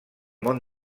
món